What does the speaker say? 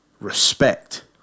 Respect